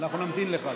אנחנו נמתין לך.